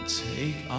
take